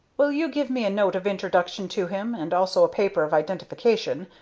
will you give me a note of introduction to him, and also a paper of identification,